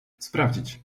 sprawdzić